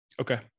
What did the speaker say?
Okay